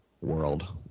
world